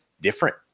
different